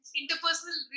interpersonal